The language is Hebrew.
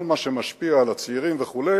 כל מה שמשפיע על הצעירים וכו',